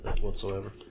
whatsoever